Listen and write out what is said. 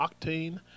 octane